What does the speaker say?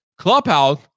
Clubhouse